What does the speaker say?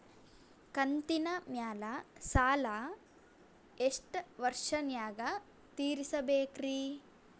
ಕಂತಿನ ಮ್ಯಾಲ ಸಾಲಾ ಎಷ್ಟ ವರ್ಷ ನ್ಯಾಗ ತೀರಸ ಬೇಕ್ರಿ?